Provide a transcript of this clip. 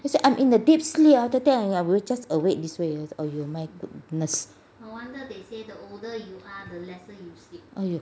cause I'm in the deep sleep after that I will just awake this way !aiyo! my goodness !aiyo!